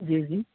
جی جی